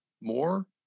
more